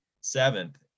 seventh